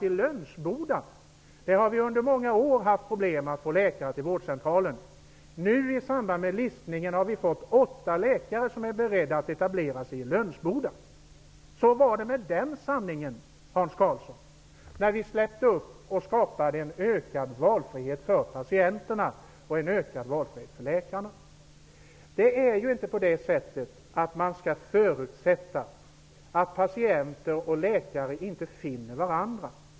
I Lönsboda har vi under många år haft problem att få läkare till vårdcentralen. I samband med listningen har vi fått åtta läkare som är beredda att etablera sig i Lönsboda. -- Så var det med den sanningen, Hans Karlsson. Det skedde när vi skapade en ökad valfrihet för patienterna och en ökad valfrihet för läkarna. Man skall inte förutsätta att patienter och läkare inte finner varandra.